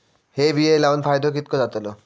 हे बिये लाऊन फायदो कितको जातलो?